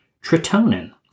Tritonin